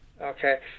Okay